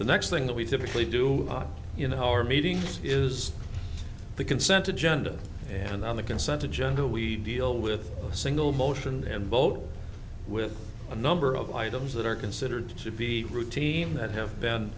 the next thing that we typically do you know our meeting is the consent agenda and on the consent agenda we deal with a single motion and vote with a number of items that are considered to be routine that have been